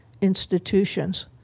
institutions